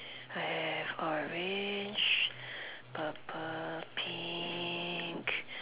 I have orange purple pink